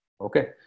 Okay